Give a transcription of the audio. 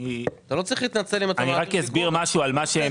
אתה לא צריך להתנצל אם אתה מעביר ביקורת.